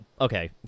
Okay